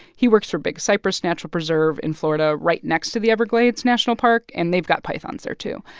he works for big cypress natural preserve in florida right next to the everglades national park, and they've got pythons there, too.